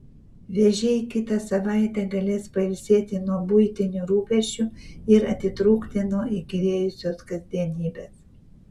vėžiai kitą savaitę galės pailsėti nuo buitinių rūpesčių ir atitrūkti nuo įkyrėjusios kasdienybės